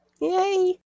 Yay